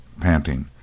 panting